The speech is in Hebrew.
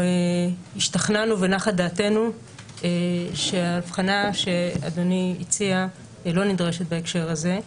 השתכנענו ונחה דעתנו שההבחנה שאדוני הציע לא נדרשת בהקשר הזה.